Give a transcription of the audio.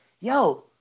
yo